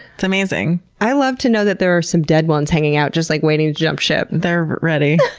it's amazing. i love to know that there are some dead ones hanging out, just like waiting to jump ship. they're ready!